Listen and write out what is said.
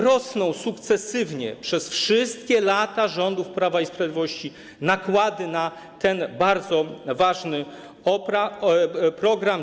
Rosną sukcesywnie przez wszystkie lata rządów Prawa i Sprawiedliwości nakłady na ten bardzo ważny obszar.